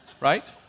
right